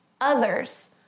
others